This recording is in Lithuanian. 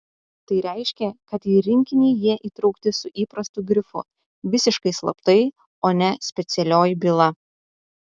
tai reiškė kad į rinkinį jie įtraukti su įprastu grifu visiškai slaptai o ne specialioji byla